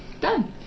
Done